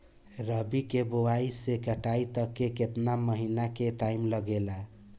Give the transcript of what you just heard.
रबी के बोआइ से कटाई तक मे केतना महिना के टाइम लागेला?